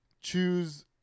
choose